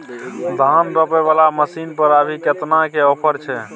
धान रोपय वाला मसीन पर अभी केतना के ऑफर छै?